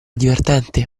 divertente